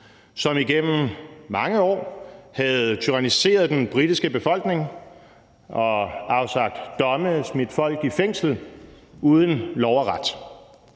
som igennem mange år havde tyranniseret den britiske befolkning, afsagt domme og smidt folk i fængsel uden lov og ret.